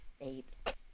eight